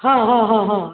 हाँ हाँ हाँ हाँ